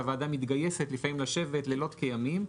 הוועדה מתגייסת לפעמים לשבת לילות כימים,